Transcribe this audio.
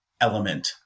element